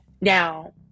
Now